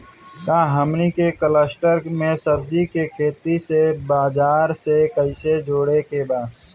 का हमनी के कलस्टर में सब्जी के खेती से बाजार से कैसे जोड़ें के बा?